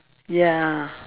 ya